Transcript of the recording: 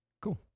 cool